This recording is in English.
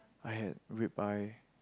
I had read by